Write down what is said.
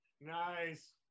Nice